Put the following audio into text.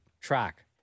track